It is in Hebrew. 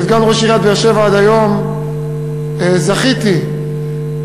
כסגן ראש עיריית באר-שבע עד היום זכיתי לראות,